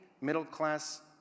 middle-class